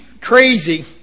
crazy